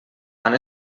han